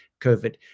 COVID